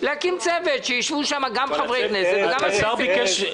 מה שיש לכם כאן בשקף הזה --- אדוני היושב-ראש,